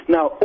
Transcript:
Now